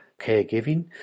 caregiving